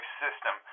system